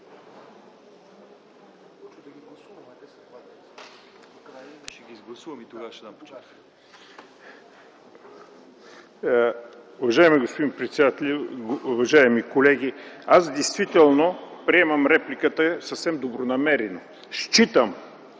Уважаеми господин председателю, уважаеми колеги! Аз действително приемам репликата съвсем добронамерено. Считам